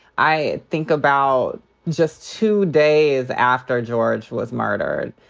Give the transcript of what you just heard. i think about just two days after george was murdered,